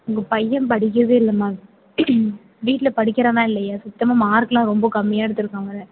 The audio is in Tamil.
உங்கள் பையன் படிக்கிறதே இல்லைம்மா வீட்டில் படிக்கிறானா இல்லையா சுத்தமாக மார்க்கெலாம் ரொம்ப கம்மியாக எடுத்திருக்காங்க